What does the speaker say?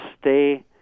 stay